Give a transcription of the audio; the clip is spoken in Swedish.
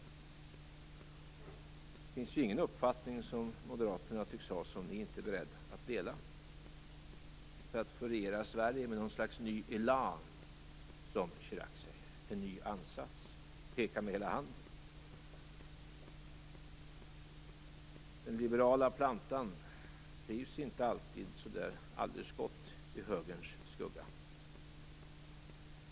Det tycks inte finnas någon uppfattning som Moderaterna har som ni inte är beredda att dela för att få regera med någon slags ny élan, som Chirac säger, en ny ansats - att peka med hela handen. Den liberala plantan trivs inte alltid så där alldeles gott i högerns skugga.